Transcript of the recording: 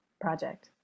project